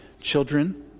Children